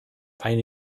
eine